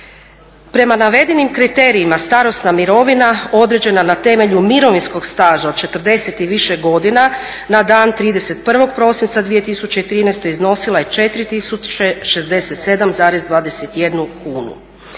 Prema navedenim kriterijima starosna mirovina određena na temelju mirovinskog staža od 40 i više godina na dan 31.12.2013.iznosila je 4.067,21 kunu.